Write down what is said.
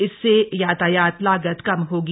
इससे यातायात लागत कम होगी